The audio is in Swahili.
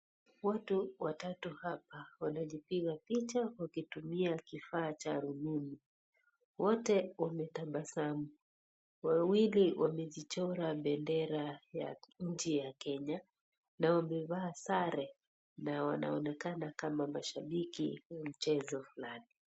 Watu watatu hapa wanajipiga picha wakitumia kifaa cha rununu, wote wametabasamu, wawili wamejichora bendera ya nchi ya Kenya na wamevaa sare na wanaonekana kama mashabiki wa mchezo lao.